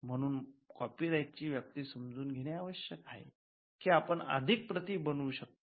म्हणून कॉपीराइटची व्याप्ती समजून घेणे आवश्यक आहे की आपण अधिक प्रती बनवू शकता